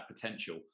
potential